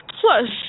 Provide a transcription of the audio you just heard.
Plus